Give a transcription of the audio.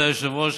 כבוד היושב-ראש,